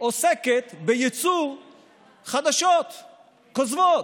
עוסקת בייצור חדשות כוזבות.